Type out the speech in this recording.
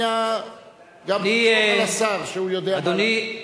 אני סומך על השר שהוא יודע מה לעשות.